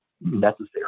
necessary